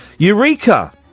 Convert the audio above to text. Eureka